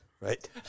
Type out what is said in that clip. right